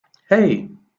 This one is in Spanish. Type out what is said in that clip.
hey